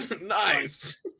Nice